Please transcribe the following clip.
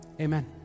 Amen